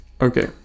Okay